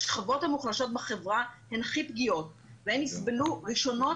השכבות המוחלשות בחברה הן הכי פגיעות והן יסבלו ראשונות